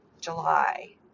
July